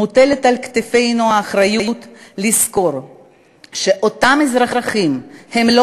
מוטלת על כתפינו האחריות לזכור שאותם אזרחים הם לא